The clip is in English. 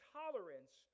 tolerance